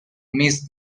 miss